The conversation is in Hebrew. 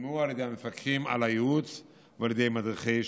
והוטמעו על ידי המפקחים על הייעוץ או על ידי מדריכי שפ"י.